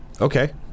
Okay